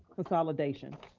consolidation.